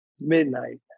midnight